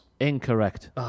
Incorrect